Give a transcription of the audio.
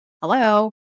hello